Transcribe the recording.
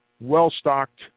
well-stocked